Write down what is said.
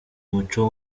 muco